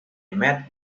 met